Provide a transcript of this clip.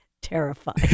terrified